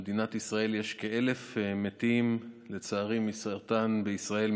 השמחה, שמחת הלב, היא סיבת רפואתו של האדם מחוליו.